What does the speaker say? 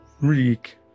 reek